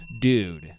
Dude